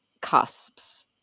cusps